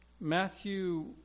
Matthew